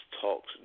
talks